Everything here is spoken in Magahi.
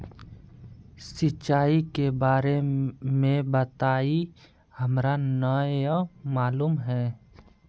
सिंचाई के बारे में बताई हमरा नय मालूम है?